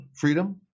freedom